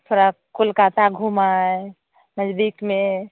थोड़ा कोलकाता घूम आएँ नज़दीक में